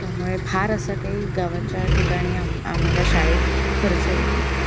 त्यामुळे फार असा काही गावाच्या ठिकाणीआम आम्हाला शाळेत खर्च येत नाही